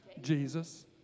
Jesus